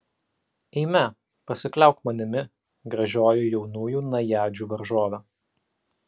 eime pasikliauk manimi gražioji jaunųjų najadžių varžove